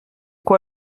quoi